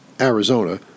Arizona